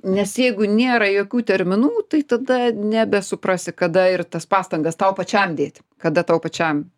nes jeigu nėra jokių terminų tai tada nebesuprasi kada ir tas pastangas tau pačiam dėti kada tau pačiam